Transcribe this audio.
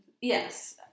Yes